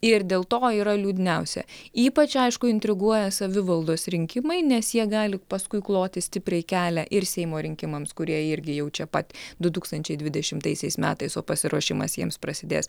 ir dėl to yra liūdniausia ypač aišku intriguoja savivaldos rinkimai nes jie gali paskui kloti stipriai kelią ir seimo rinkimams kurie irgi jau čia pat du tūkstančiai dvidešimtaisiais metais o pasiruošimas jiems prasidės